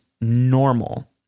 normal